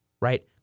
right